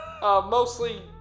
Mostly